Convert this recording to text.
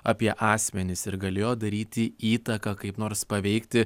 apie asmenis ir galėjo daryti įtaką kaip nors paveikti